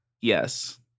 Yes